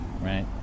right